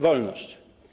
Wolność.